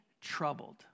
troubled